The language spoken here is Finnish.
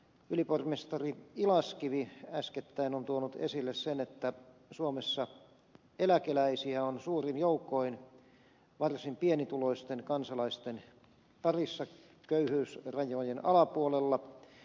ylipormestari ilaskivi äskettäin on tuonut esille sen että suomessa eläkeläisiä on suurin joukoin varsin pienituloisten kansalaisten parissa köyhyysrajojen alapuolella